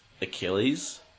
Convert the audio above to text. Achilles